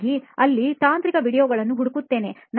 ಹಾಗಾಗಿ ಅಲ್ಲಿ ತಾಂತ್ರಿಕ ವೀಡಿಯೊಗಳನ್ನು ಹುಡುಕುತ್ತೇನೆ